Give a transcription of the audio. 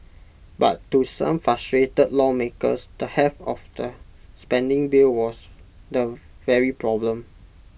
but to some frustrated lawmakers the heft of the spending bill was the very problem